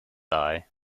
dye